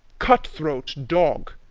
cut-throat dog,